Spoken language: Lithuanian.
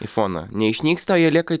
į foną neišnyksta o jie lieka